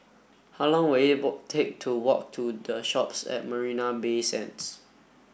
how long will it take to walk to The Shoppes at Marina Bay Sands